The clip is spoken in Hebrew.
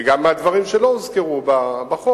וגם מהדברים שלא הוזכרו בו,